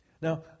Now